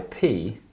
IP